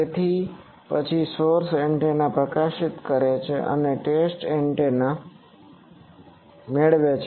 તેથી પછી source antenna પ્રકાશિત કરે છે અને ટેસ્ટ એન્ટેના મેળવે છે